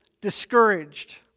discouraged